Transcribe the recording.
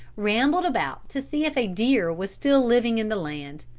rambled about to see if a deer was still living in the land.